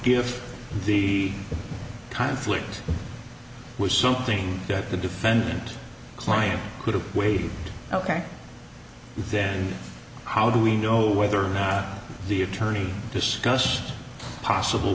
give the conflict was something that the defendant client could have waived ok then how do we know whether or not the attorney discussed possible